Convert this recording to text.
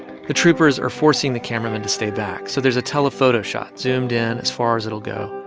the troopers are forcing the cameramen to stay back, so there's a telephoto shot zoomed in as far as it'll go.